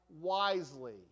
wisely